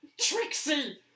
Trixie